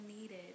needed